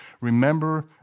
Remember